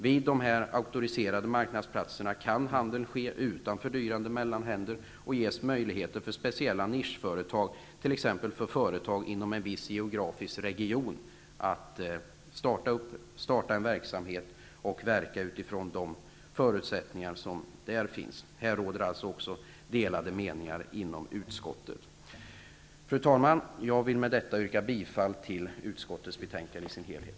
Vid de auktoriserade marknadsplatserna kan handel ske utan fördyrande mellanhänder, och möjligheter ges för speciella nischföretag, t.ex. företag inom en viss geografisk region, att starta en verksamhet och verka utifrån de förutsättningar som där råder. På denna punkt är det delade meningar i utskottet. Fru talman! Jag vill med detta yrka bifall till utskottets hemställan i dess helhet.